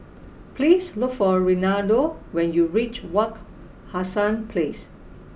please look for Renaldo when you reach Wak Hassan Place